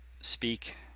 Speak